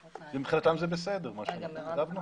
אני חושב שמבחינתם זה בסדר מה שכתבנו.